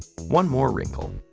one more wrinkle.